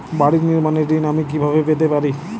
বাড়ি নির্মাণের ঋণ আমি কিভাবে পেতে পারি?